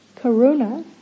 Karuna